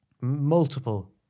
multiple